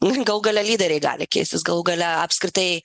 galų gale lyderiai gali keistis galų gale apskritai